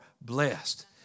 blessed